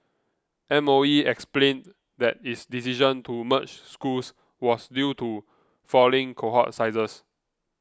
M O E explained that its decision to merge schools was due to falling cohort sizes